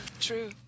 true